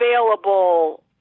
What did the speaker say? available